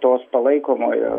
tos palaikomojo